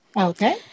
Okay